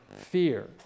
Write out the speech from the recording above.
fear